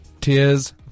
Tears